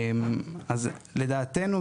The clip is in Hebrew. אז לדעתנו,